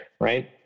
right